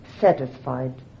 satisfied